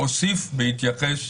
אוסיף בהתייחס